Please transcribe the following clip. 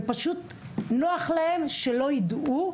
ופשוט נוח להן שלא יידעו,